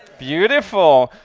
beautiful.